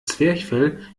zwerchfell